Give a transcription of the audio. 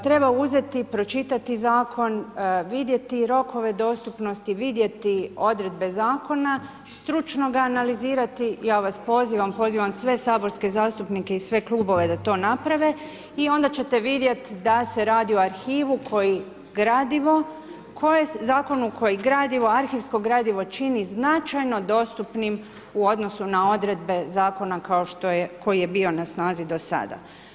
Treba uzeti, pročitati zakon, vidjeti rokove dostupnosti, vidjeti odredbe zakona, stručno ga analizirati i ja vas pozivam, pozivam sve saborske zastupnike i sve klubove da to naprave i onda ćete vidjeti da se radi o arhivu, gradivo, koji, zakonu u koje gradivo, arhivsko gradivo čini značajno dostupnim u odnosu na odredbe zakona kao što je, koji je bio na snazi do sada.